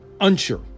Unsure